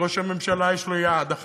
כי ראש הממשלה יש לו יעד אחד,